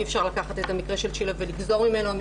אי-אפשר לקחת את המקרה של צ'ילה ולגזור ממנו.